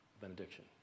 benediction